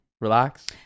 relax